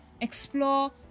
explore